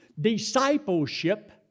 Discipleship